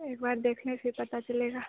एक बार देखने से पता चलेगा